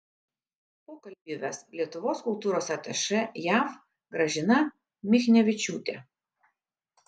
pokalbį ves lietuvos kultūros atašė jav gražina michnevičiūtė